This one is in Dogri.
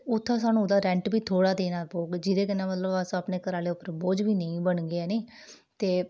उत्थै स्हानू ओह्दा रैंट बी थोह्ड़ा देना पौग जिदे कन्नै अस अपने घरै उप्पर बोझ बी नेईं बनगे